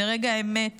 וברגע האמת